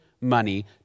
money